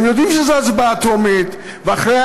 הם יודעים שזו הצבעה בקריאה טרומית ואחריה